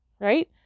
Right